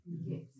Yes